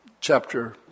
chapter